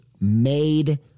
made